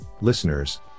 listeners